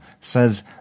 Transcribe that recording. says